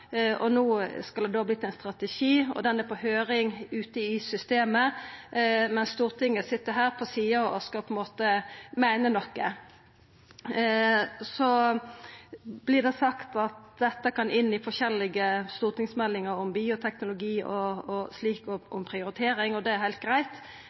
og no skal det da verta til ein strategi. Han er på høyring ute i systemet, men Stortinget sit her på sida og skal meina noko. Så vert det sagt at dette kan gå inn i forskjellige stortingsmeldingar om bioteknologi og om prioritering, og det er heilt greitt,